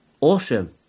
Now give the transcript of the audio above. awesome